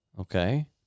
Okay